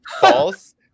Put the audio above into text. false